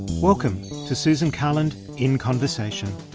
welcome to susan carland in conversation'.